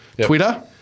Twitter